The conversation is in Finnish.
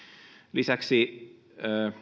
lisäksi